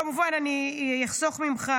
כמובן, אני אחסוך ממך